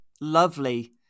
lovely